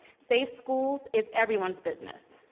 safe schools is everyone's business.